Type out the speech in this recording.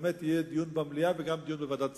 שבאמת יהיה דיון במליאה וגם דיון בוועדת הכספים,